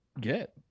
get